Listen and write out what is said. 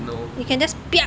no